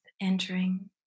entering